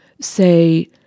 say